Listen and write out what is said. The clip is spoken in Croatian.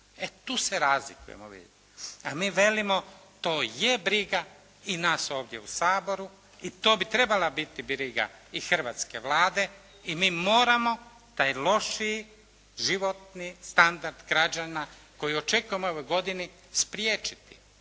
E tu se razlikujemo vidite. A mi velimo to je briga i nas ovdje u Saboru i to bi trebala biti briga i hrvatske Vlade i mi moramo taj lošiji životni standard građana koji očekujemo u ovoj godini spriječiti